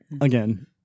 again